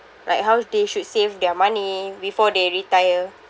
like how they should save their money before they retire